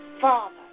Father